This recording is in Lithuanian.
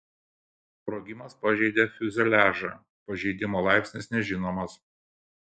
sprogimas pažeidė fiuzeliažą pažeidimo laipsnis nežinomas